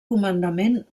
comandament